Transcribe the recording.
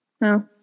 no